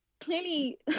clearly